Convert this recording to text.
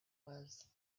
was